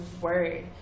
word